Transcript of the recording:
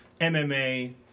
MMA